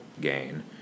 gain